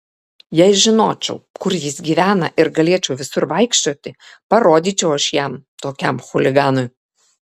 jei žinočiau kur jis gyvena ir galėčiau visur vaikščioti parodyčiau aš jam tokiam chuliganui